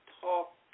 talk